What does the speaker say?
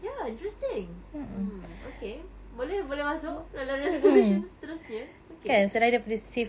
ya interesting hmm okay boleh boleh masuk dalam resolutions seterusnya okay